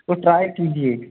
वो ट्राई कीजिए